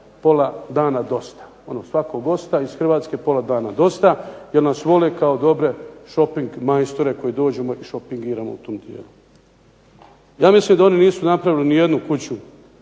pola dana dosta. Ono svakog gosta iz Hrvatske pola dana dosta jer nas vole kao dobre šoping majstore koji dođu da bi šopingirali u tom dijelu. Ja mislim da oni nisu napravili nijednu kuću,